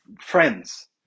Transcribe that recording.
friends